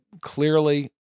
clearly